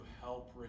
help